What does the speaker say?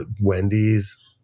Wendy's